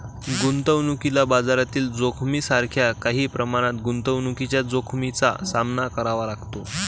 गुंतवणुकीला बाजारातील जोखमीसारख्या काही प्रमाणात गुंतवणुकीच्या जोखमीचा सामना करावा लागतो